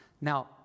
Now